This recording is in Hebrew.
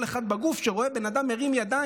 אחד בגוף כשהוא רואה בן אדם מרים ידיים,